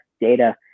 data